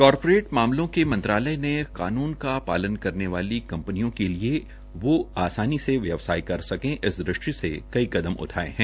corporate मामलों के मंत्रालय ने कानून का पालन करने वाली कंपनियों के लिए कि जो आसानी से व्यवसाय कर सके इस दृष्टि से कई कदम उठाये है